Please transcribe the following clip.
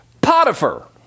Potiphar